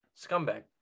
scumbag